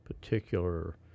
particular